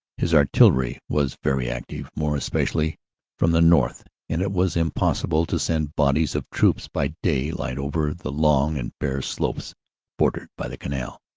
his artillery was very active, more especially from the north, and it was impossible to send bodies of troops by day light over the long and bare slopes bordered by the canal.